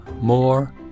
More